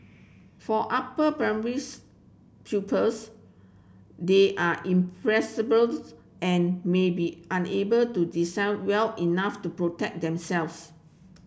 for upper primaries pupils they are and may be unable to discern well enough to protect themselves